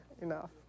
enough